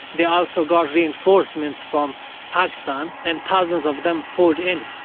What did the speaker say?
they also got reinforcements from pakistan, and thousands of them poured in.